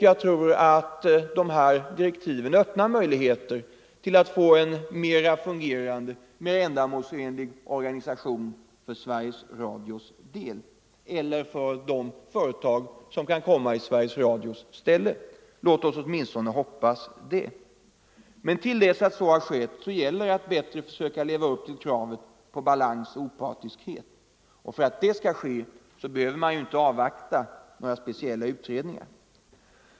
Jag tror att direktiven öppnar möjligheter att få en bättre fungerande och mer ändamålsenlig organisation för Sveriges Radio eller för de företag som kan komma i Sveriges Radios ställe. Låt oss åtminstone hoppas det. Men till dess att så har skett gäller det att bättre försöka leva upp till kravet på balans och opartiskhet. För att det skall ske behöver man inte avvakta några utredningar.